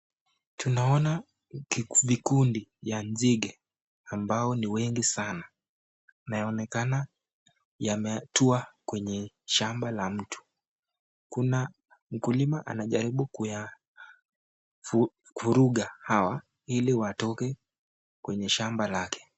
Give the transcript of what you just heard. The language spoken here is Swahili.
Tunaona vikundi ya nzige ambao ni wengi sana na yaonekana yametua kwenye shamba la mtu. Kuna mkulima anajaribu kuyafuruga hawa ili watoke kwenye shamba lake.